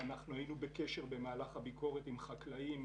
היינו בקשר במהלך הביקורת עם חקלאים,